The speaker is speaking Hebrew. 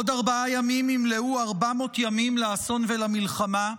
בעוד ארבעה ימים ימלאו 400 ימים לאסון ולמלחמה,